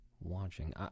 Watching